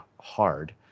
hard